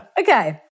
Okay